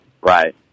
Right